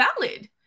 valid